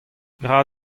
gra